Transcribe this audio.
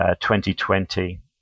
2020